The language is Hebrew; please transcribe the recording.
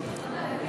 להכניס אותה לכלא?